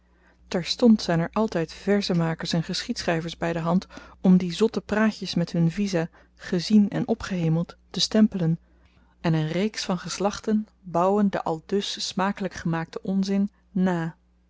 terstond zyn er altyd verzenmakers en geschiedschryvers by de hand om die zotte praatjes met hun visa gezien en opgehemeld te stempelen en n reeks van geslachten bauwen den aldus smakelyk gemaakten onzin